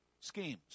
schemes